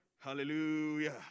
Hallelujah